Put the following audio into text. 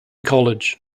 college